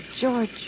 George